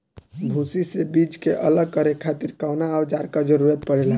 भूसी से बीज के अलग करे खातिर कउना औजार क जरूरत पड़ेला?